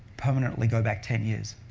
permanently go back ten years.